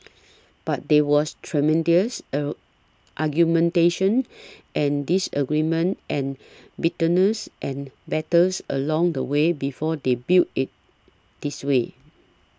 but there was tremendous argumentation and disagreement and bitterness and battles along the way before they built it this way